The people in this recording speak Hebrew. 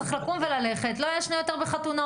צריך לקום וללכת ולא יעשנו יותר בחתונות.